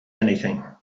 anything